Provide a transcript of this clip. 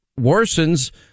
worsens